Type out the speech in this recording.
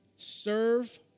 serve